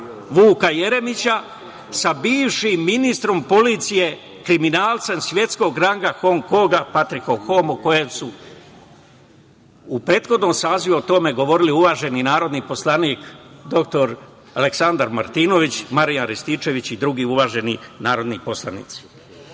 Vuka Jeremića sa bivšim ministrom policije kriminalcem svetskog ranga Hong Konga, Patrikom Hoom, o kojem su u prethodnom sazivu o tome govorili uvaženi narodni poslanik, dr Aleksandar Martinović, Marijan Rističević i drugi uvaženi narodni poslanici.U